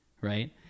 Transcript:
right